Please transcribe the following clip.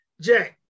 Jack